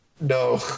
No